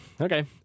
okay